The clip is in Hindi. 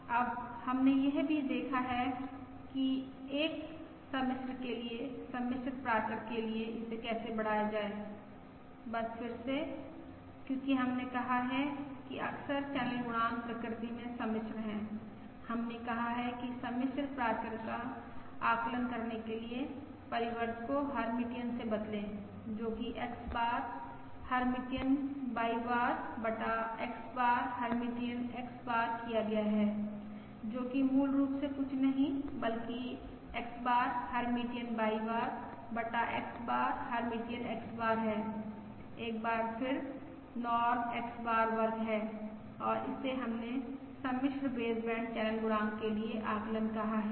अब हमने यह भी देखा है कि एक सम्मिश्र के लिए सम्मिश्र प्राचल के लिए इसे कैसे बढ़ाया जाए बस फिर से क्योंकि हमने कहा है कि अक्सर चैनल गुणांक प्रकृति में सम्मिश्र है हमने कहा है कि सम्मिश्र प्राचल का आकलन करने के लिए परिवर्त को हर्मिटियन से बदलें जो कि X बार हर्मिटियन Y बार बटा X बार हर्मिटियन X बार किया गया है जो कि मूल रूप से कुछ नही बल्कि X बार हर्मिटियन Y बार बटा X बार हर्मिटियन X बार है एक बार फिर नॉर्म X बार वर्ग है और इसे हमने सम्मिश्र बेसबैंड चैनल गुणांक के लिए आकलन कहा है